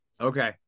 Okay